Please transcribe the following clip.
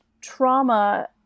trauma